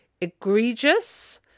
egregious